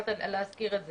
התחלת להזכיר את זה,